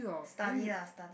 study lah study